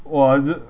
!wah! j~